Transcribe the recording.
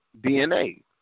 DNA